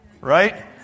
right